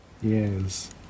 yes